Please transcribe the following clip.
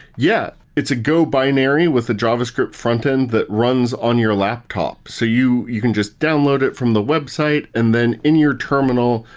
yeah. it's a go binary with a javascript frontend that runs on your laptop. so you you can just download it from the website, and then in your terminal,